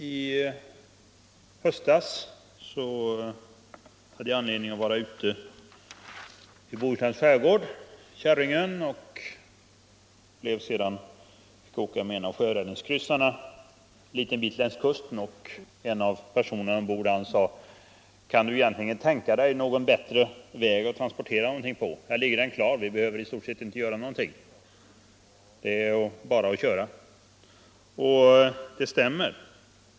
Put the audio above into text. I höstas hade jag anledning att vara ute i Bohusläns skärgård — jag var på Käringön och fick sedan åka med en av sjöräddningskryssarna en bit längs kusten. En av personerna ombord sade: ”Kan du egentligen tänka dig någon bättre väg att transportera någonting på? Den ligger klar, vi behöver i stort sett inte göra någonting. Det är bara att köra.” Och det stämmer.